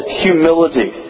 humility